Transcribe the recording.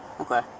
Okay